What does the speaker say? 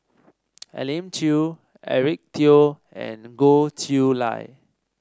Elim Chew Eric Teo and Goh Chiew Lye